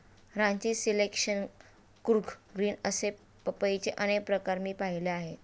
Ranchi selection, Coorg green असे पपईचे अनेक प्रकार मी पाहिले आहेत